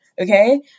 okay